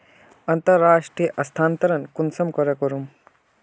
अंतर्राष्टीय स्थानंतरण कुंसम करे करूम?